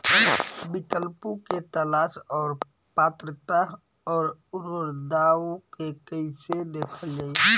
विकल्पों के तलाश और पात्रता और अउरदावों के कइसे देखल जाइ?